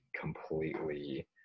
completely